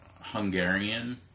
hungarian